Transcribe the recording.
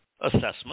assessment